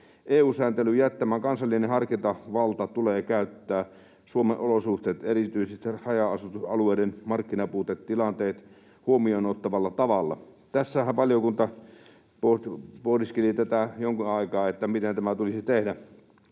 EU-sääntelyn jättämä kansallinen harkintavalta tulee käyttää Suomen olosuhteet erityisesti haja-asutusalueiden markkinapuutetilanteet huomioon ottavalla tavalla.” Tässähän valiokunta pohdiskeli tätä jonkun aikaa, että miten tämä tulisi tehdä.